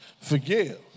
forgive